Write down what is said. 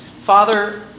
Father